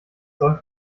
soll